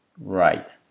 Right